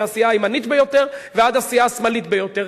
מהסיעה הימנית ביותר ועד הסיעה השמאלית ביותר,